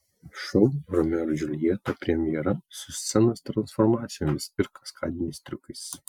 šou romeo ir džiuljeta premjera su scenos transformacijomis ir kaskadiniais triukais